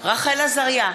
רחל עזריה,